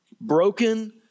broken